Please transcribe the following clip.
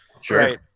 Sure